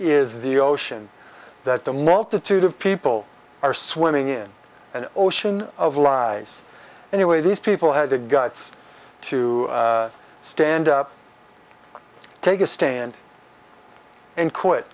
is the ocean that the multitude of people are swimming in an ocean of lies anyway these people had the guts to stand up take a stand and quit